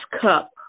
cup